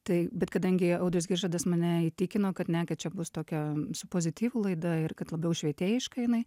tai bet kadangi audrius giržadas mane įtikino kad ne čia bus tokia pozityvu laida ir kad labiau švietėjiška jinai